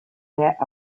that